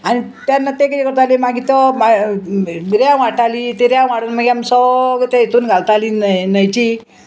आनी तेन्ना ते कितें करताली मागीर तो मागीर रेंव हाडटाली तें रेंव हाडून मागीर आमी सगळें ते हितून घालताली न्हंय न्हंयची